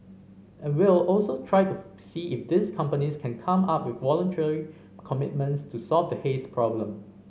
and we'll also try to see if these companies can come up with voluntary commitments to solve the haze problem